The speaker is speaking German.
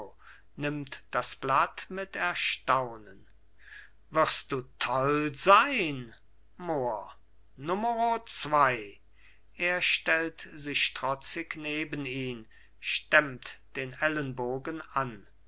nimmt das blatt mit erstaunen wirst du toll sein mohr numero zwei er stellt sich trotzig neben ihn stemmt den ellenbogen an